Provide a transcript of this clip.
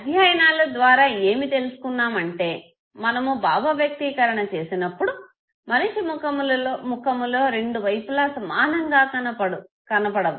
అధ్యయనాల ద్వారా ఏమి తెలుసుకున్నామంటే మనము భావ వ్యక్తీకరణ చేసిపినప్పుడు మనిషి ముఖములో రెండు వైపులా సమానంగా కనపడవు